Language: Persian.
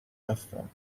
هستم